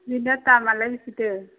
बेना दामालाय बेसेथो